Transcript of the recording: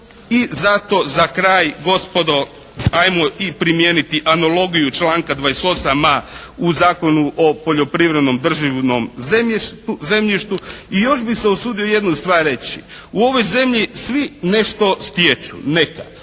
I zato za kraj gospodo ajmo i primijeniti anologiju članka 28.A u Zakonu o poljoprivrednom državnom zemljištu. I još bih se usudio jednu stvar reći. U ovoj zemlji svi nešto stječu. Neka.